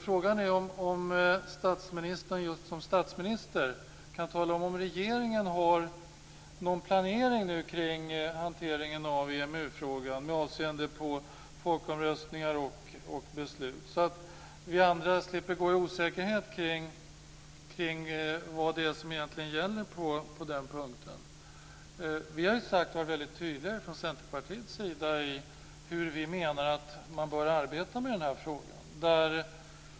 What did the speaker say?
Frågan är dock om statsministern just som statsminister kan tala om ifall regeringen nu har någon planering av hanteringen av EMU-frågan med avseende på folkomröstningar och beslut, så att vi andra slipper gå i osäkerhet kring vad som egentligen gäller på den punkten. Vi har varit väldigt tydliga från Centerpartiets sida om hur vi menar att man bör arbeta med den här frågan.